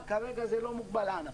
כרגע זה לא מוגבל לענפים.